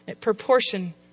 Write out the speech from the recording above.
proportion